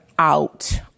Out